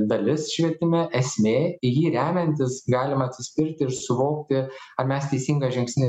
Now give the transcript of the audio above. dalis švietime esmė į jį remiantis galima atsispirti ir suvokti ar mes teisingą žingsnį